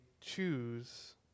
choose